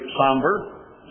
somber